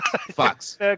Fox